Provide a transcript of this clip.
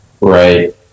right